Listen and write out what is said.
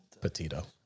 Petito